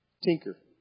Tinker